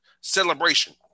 celebration